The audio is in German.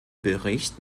bericht